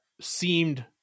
seemed